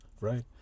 right